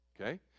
Okay